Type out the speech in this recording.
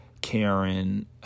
Karen